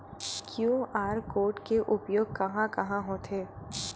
QR code के उपयोग कहां कहां होथे?